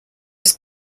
was